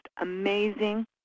amazing